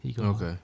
Okay